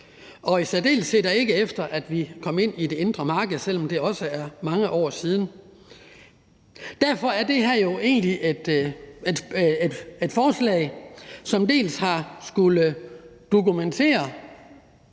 og i særdeleshed ikke, efter at vi kom ind i det indre marked, selv om det også er mange år siden. Derfor er det her jo egentlig et forslag, som bl.a. har skullet dokumentere,